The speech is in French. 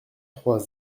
trois